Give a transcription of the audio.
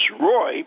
Roy